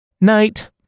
Night